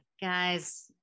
guys